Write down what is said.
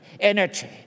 energy